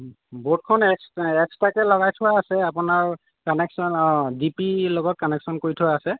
বৰ্ডখন এক্সট্ৰাকৈ লগাই থোৱা আছে আপোনাৰ কানেকচন অঁ ডিপিৰ লগত কানেকচন কৰি থোৱা আছে